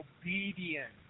obedience